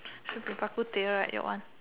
should be bak-kut-teh right your one